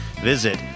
visit